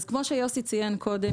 אז כמו שיוסי ציין קודם,